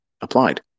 applied